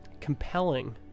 compelling